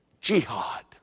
Jihad